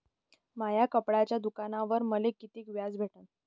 माया कपड्याच्या दुकानावर मले कितीक व्याज भेटन?